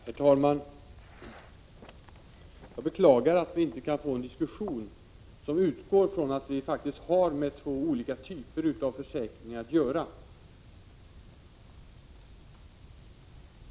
Herr talman! Jag beklagar att vi inte kan få en diskussion som utgår från att vi faktiskt har med två olika typer av försäkringar att göra.